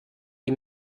die